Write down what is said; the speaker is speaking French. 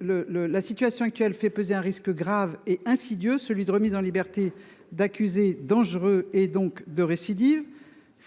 la situation actuelle « fait peser un risque grave et insidieux : celui de remises en liberté d’accusés dangereux et, partant, de récidives ».